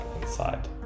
inside